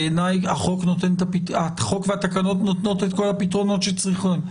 בעיני החוק והתקנות נותנות את כל הפתרונות שצריכים.